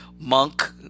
Monk